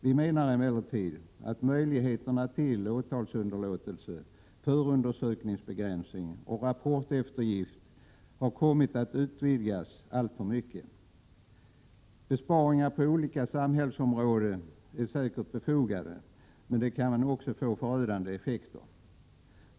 Vi menar emellertid att möjligheterna till åtalsunderlåtelse, förundersökningsbegränsning och rapporteftergift har kommit att utvidgas alltför mycket. Besparingar inom olika samhällsområden är säkert befogade men kan också få förödande effekter.